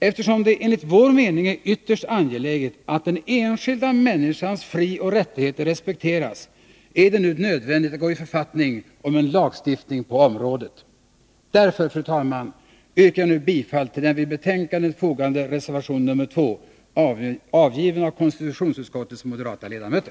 Eftersom det enligt vår mening är ytterst angeläget, att den enskilda människans frioch rättigheter respekteras, är det nu nödvändigt att gå i författning om en lagstiftning på området. Därför, fru talman, yrkar jag nu bifall till den vid betänkandet fogade reservationen nr 2, avgiven av konstitutionsutskottets moderata ledamöter.